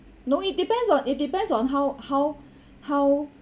no it depends on it depends on how how how